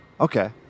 Okay